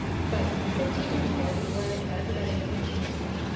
but fifteen years ago, before i ever got in to functional medicine,